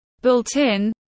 Built-in